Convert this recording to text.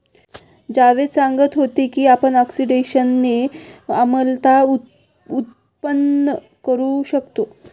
जावेद सांगत होते की आपण ऑक्सिडेशनने आम्लता उत्पन्न करू शकतो